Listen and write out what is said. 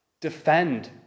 defend